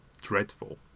dreadful